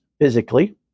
physically